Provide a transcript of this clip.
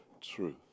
truth